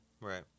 Right